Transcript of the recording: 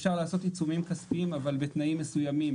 אפשר לעשות עיצומים כספיים, אבל בתנאים מסוימים.